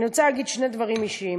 אני רוצה להגיד שני דברים אישיים.